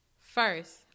First